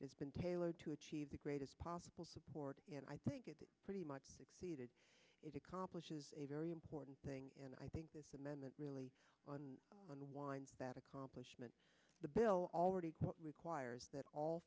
has been tailored to achieve the greatest possible support and i think it pretty much exceeded it accomplishes a very important thing and i think this amendment really on the wind that accomplishment the bill already requires that all